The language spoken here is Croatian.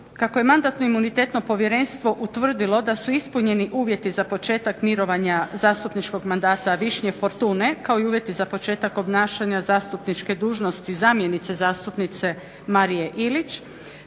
Kako je mandatno-imunitetno povjerenstvo utvrdilo da su ispunjeni uvjeti za početak mirovanja zastupničkog mandata Višnje Fortune kao i uvjeti za početak obnašanja zastupničke dužnosti zamjenice zastupnice Marije Ilić